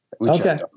Okay